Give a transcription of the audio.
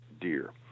deer